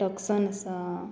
Tucson आसा